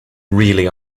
really